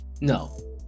No